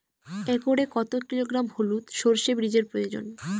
একরে কত কিলোগ্রাম হলুদ সরষে বীজের প্রয়োজন?